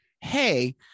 Hey